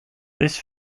this